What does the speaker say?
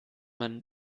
man